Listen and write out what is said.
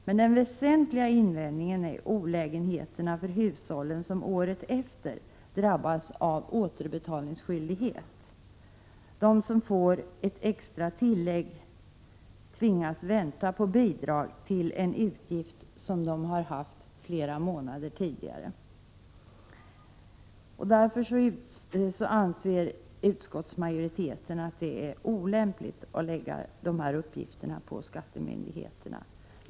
Men den väsentliga invändningen är olägenheterna för de hushåll som året efter drabbas av återbetalningsskyldighet. De som får ett extra tillägg tvingas vänta på bidrag till en utgift som de har haft flera månader tidigare. Därför anser utskottsmajoriteten att det är olämpligt att lägga dessa uppgifter på skattemyndigheterna.